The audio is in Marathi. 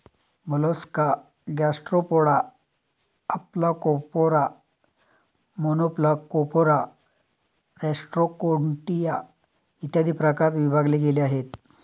Mollusca gastropoda, aplacophora, monoplacophora, rostroconchia, इत्यादी प्रकारात विभागले गेले आहे